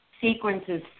sequences